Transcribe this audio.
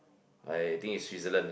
I think is Switzerland ah